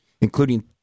including